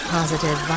Positive